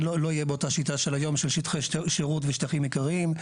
לא יהיו באותה שיטה של היום של שטחי שירות ושטחים עיקריים.